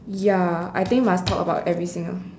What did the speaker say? ya I think must talk about everything